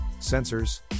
sensors